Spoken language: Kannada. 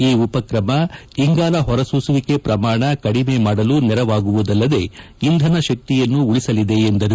ಈ ಉಪಕ್ರಮ ಇಂಗಾಲ ಹೊರಸೂಸುವಿಕೆ ಪ್ರಮಾಣ ಕದಿಮೆ ಮಾಡಲು ನೆರವಾಗುವುದಲ್ಲದೆ ಇಂಧನ ಶಕ್ತಿಯನ್ನೂ ಉಳಿಸಲಿದೆ ಎಂದರು